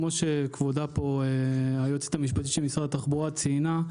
כמו שהיועצת המשפטית של משרד התחבורה ציינה,